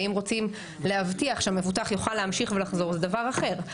ואם רוצים להבטיח שהמבוטח יוכל להמשיך ולחזור זה דבר אחר.